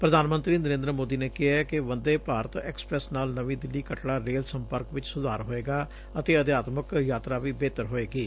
ਪੁਧਾਨ ਮੰਤਰੀ ਨਰੇਂਦਰ ਮੋਦੀ ਨੇ ਕਿਹੈ ਕਿ ਵੰਦੇ ਭਾਰਤ ਐਕਸਪ੍ਰੈਸ ਨਾਲ ਨਵੀਂ ਦਿੱਲੀ ਕਟੱਡਾ ਰੇਲ ਸੰਪਰਕ ਵਿਚ ਸੁਧਾਰ ਹੋਵੇਗਾ ਅਤੇ ਅਧਿਆਤਕ ਯਾਤਰਾ ਵੀ ਬਿਹਤਰ ਹੋਵੇਗੀ